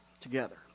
together